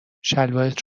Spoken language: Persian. شلوارت